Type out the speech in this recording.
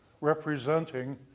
representing